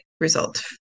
result